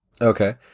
Okay